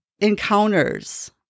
encounters